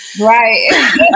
Right